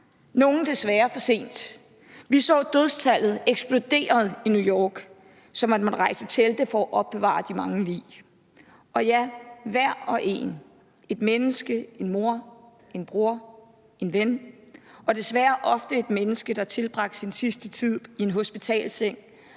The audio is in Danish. nogle desværre for sent. Vi så dødstallet eksploderede i New York, hvor man måtte rejse telte for at opbevare de mange lig. Og ja, hver og en – en mor, en bror, en ven – var desværre ofte et menneske, der tilbragte sin sidste tid i en hospitalsseng